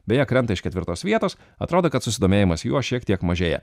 beje krenta iš ketvirtos vietos atrodo kad susidomėjimas juo šiek tiek mažėja